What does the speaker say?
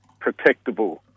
protectable